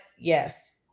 yes